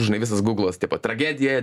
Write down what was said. žinai visas guglas tipo tragedija